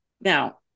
now